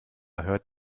hört